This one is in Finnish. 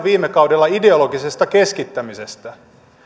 viime kaudella paljon ideologisesta keskittämisestä